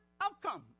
outcome